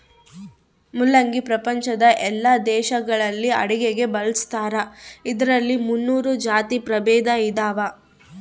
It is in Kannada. ಮುಲ್ಲಂಗಿ ಪ್ರಪಂಚದ ಎಲ್ಲಾ ದೇಶಗಳಲ್ಲಿ ಅಡುಗೆಗೆ ಬಳಸ್ತಾರ ಇದರಲ್ಲಿ ಮುನ್ನೂರು ಜಾತಿ ಪ್ರಭೇದ ಇದಾವ